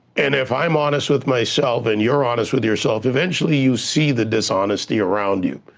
and if i'm honest with myself and you're honest with yourself, eventually you see the dishonesty around you,